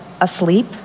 asleep